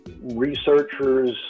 researchers